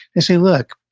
i say, look,